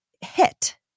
hit